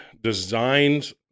designed